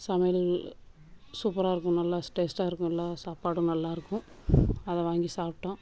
சமையல் சூப்பராக இருக்கும் நல்லா டேஸ்ட்டாக இருக்கும் எல்லா சாப்பாடும் நல்லா இருக்கும் அதை வாங்கி சாப்பிட்டோம்